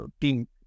team